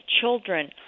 children